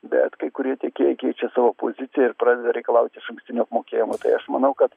bet kai kurie tiekėjai keičia savo poziciją ir pradeda reikalaut išankstinio mokėjimo tai aš manau kad